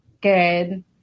Good